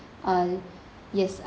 uh yes